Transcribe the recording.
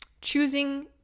choosing